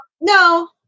No